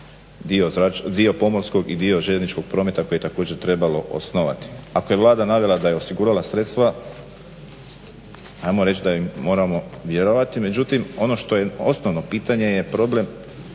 dio pomorskog i dio željezničkog prometa koje je također trebalo osnovati, a koje je Vlada navela da je osigurala sredstva ajmo reći da im moramo vjerovati. Međutim ono što je osnovno pitanje je problem